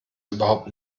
überhaupt